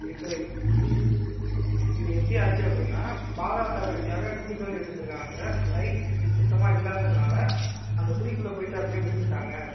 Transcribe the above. இப்போ இது இது எப்படி ஆச்சு அப்படின்னா பாதாள சாக்கடைக்காக குழி தோண்டி வச்சுருந்துருக்காங்க சார் லைட்டு சுத்தமாக இல்லாததுனால அந்த குழிக்குள்ளே போயிவிட்டு அப்படியே விழுந்துவிட்டாங்க